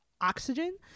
oxygen